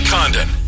condon